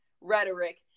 rhetoric